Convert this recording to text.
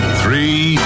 three